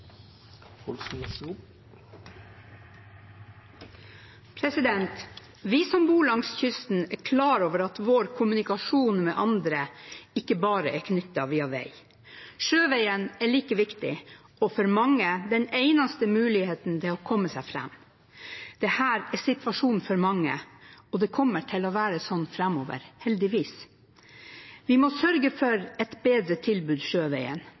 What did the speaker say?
klar over at vår kommunikasjon med andre ikke bare er knyttet via vei. Sjøveien er like viktig, og for mange den eneste muligheten til å komme seg fram. Dette er situasjonen for mange, og det kommer til å være sånn framover, heldigvis. Vi må sørge for et bedre tilbud på sjøveien.